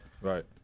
right